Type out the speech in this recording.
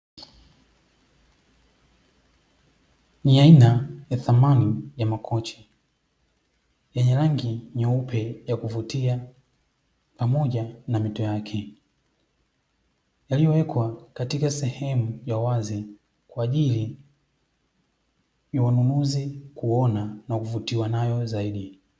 Ni aina ya samani ya makochi yenye rangi nyeupe ya kuvutia pamoja na mito yake, yaliyowekwa katika sehemu ya wazi kwa ajili ya wanunuzi kuona na kuvutiwa nayo zaidi.